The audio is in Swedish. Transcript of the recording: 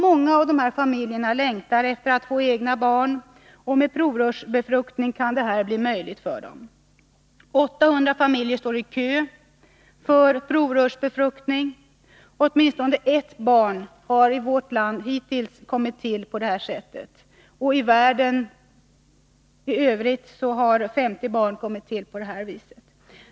Många av dessa familjer längtar efter att få egna barn, och med provrörsbefruktning kan detta bli möjligt. 800 familjer står i kö för provrörsbefruktning. Åtminstone ett barn har i vårt lands hittills kommit till på detta sätt. För världen i övrigt är siffran 50.